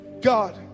God